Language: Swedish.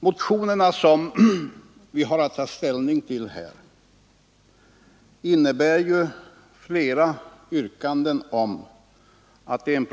De motioner som vi här har att ta ställning till innebär ju flera yrkanden om att den